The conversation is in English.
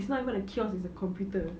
it's not even a kiosk it's a computer